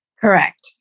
Correct